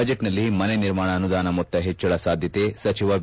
ಬಜೆಟ್ನಲ್ಲಿ ಮನೆ ನಿರ್ಮಾಣ ಅನುದಾನ ಮೊತ್ತ ಹೆಚ್ಚಳ ಸಾಧ್ಯತೆ ಸಚಿವ ವಿ